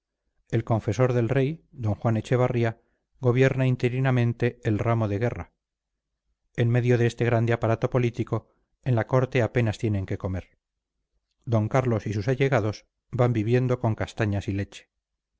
el confesor del rey d juan echevarría gobierna interinamente el ramo de guerra en medio de este grande aparato político en la corte apenas tienen qué comer d carlos y sus allegados van viviendo con castañas y leche